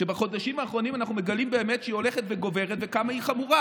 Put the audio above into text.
שבחודשים האחרונים אנחנו מגלים באמת שהיא הולכת וגוברת וכמה היא חמורה?